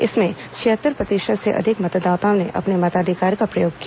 इसमें छिहत्तर प्रतिशत से अधिक मतदाताओं ने अपने मताधिकार का प्रयोग किया